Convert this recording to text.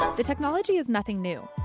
the technology is nothing new.